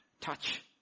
Touch